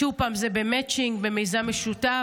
שוב, זה במצ'ינג, במיזם משותף.